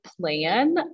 plan